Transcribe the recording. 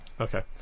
Okay